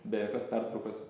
be jokios pertraukos